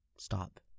stop